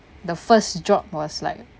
the first job was like